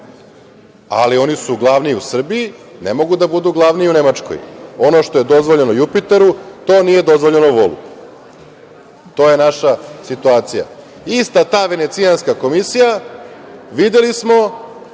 Ali, oni su glavni u Srbiji, ne mogu da budu glavni i u Nemačkoj. Ono što je dozvoljeno Jupiteru, to nije dozvoljeno Volu. To je naša situacija. Ista ta Venecijanska komisija, videli smo,